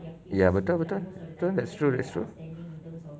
ya betul betul betul that's true that's true